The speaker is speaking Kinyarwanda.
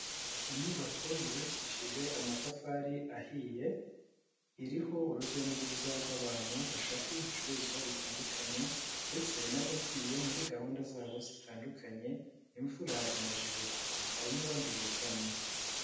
Inyubako yubakishije amatafari ahiye iriho urujya n'uruza rw'abantu bashaka ibicuruzwa bitandukanye ndetse n'abagiye muri gahunda zabo zitandukanye, imvura imajije kugwa hari n'abandi bugamye.